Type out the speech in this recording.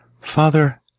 Father